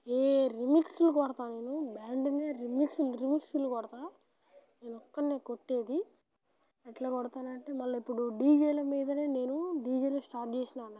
ఏ రీమిక్స్లు కొడతాను నేను బ్యాండ్ మీద రీమిక్స్ రీమిక్స్లు కొడతాను నేను ఒక్కడి కొట్టేది ఎట్లా కొడతానంటే మళ్ళా ఇప్పుడు డీజేల మీదనే నేను డీజేలు స్టార్ట్ చేసినా అన్నా కదా